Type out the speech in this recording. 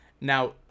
now